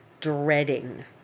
dreading